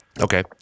Okay